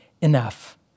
enough